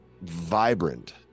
vibrant